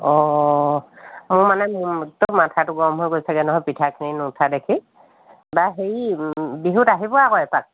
অঁ মোৰ মানে একদম মাথাটো গৰম হৈ গৈছে নহয় পিঠাখিনি নুঠা দেখি বা হেৰি বিহুত আহিব আকৌ এপাক